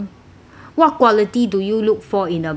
what quality do you look for in a boss